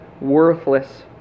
worthless